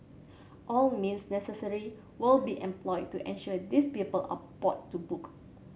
all means necessary will be employed to ensure these people are bought to book